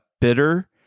bitter